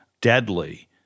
deadly